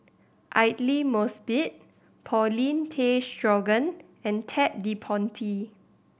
Aidli Mosbit Paulin Tay Straughan and Ted De Ponti